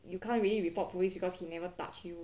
you can't really report police because he never touch you